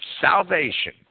salvation